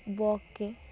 বককে